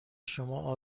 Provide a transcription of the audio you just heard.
شما